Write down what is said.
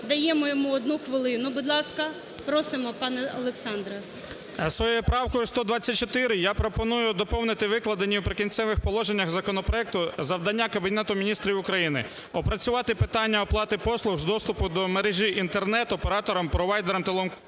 Даємо йому 1 хвилину, будь ласка. Просимо, пане Олександре. 16:35:35 ДАНЧЕНКО О.І. Своєю правкою, 124, я пропоную доповнити викладені у "Прикінцевих положеннях" законопроекту завдання Кабінету Міністрів України опрацювати питання оплати послуг з доступу до мережі Інтернету операторам, провайдерам